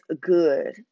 good